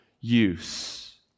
use